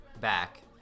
back